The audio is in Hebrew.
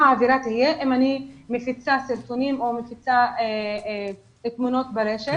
מה תהיה העבירה אם אני מפיצה סרטונים או מפיצה תמונות ברשת.